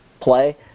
play